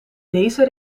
deze